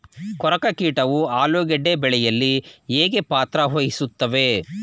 ಕೊರಕ ಕೀಟವು ಆಲೂಗೆಡ್ಡೆ ಬೆಳೆಯಲ್ಲಿ ಹೇಗೆ ಪಾತ್ರ ವಹಿಸುತ್ತವೆ?